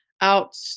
out